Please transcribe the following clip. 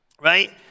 Right